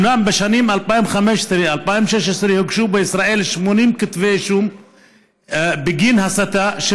ואולם בשנים 2015 2016 הוגשו בישראל 80 כתבי אישום בגין הסתה,